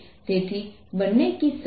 તો H અહીં બીજી દિશામાં હશે